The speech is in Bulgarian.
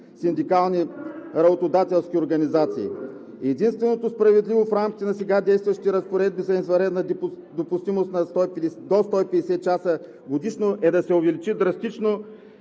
синдикални и работодателски организации. Единственото справедливо в рамките на сега действащите разпоредби за извънредна допустимост до 150 часа годишно е да се увеличи драстично